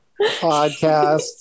podcast